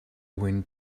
wind